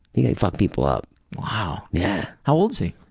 he can fuck people up. wow. yeah how old is he?